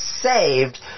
saved